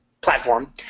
Platform